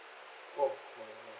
oh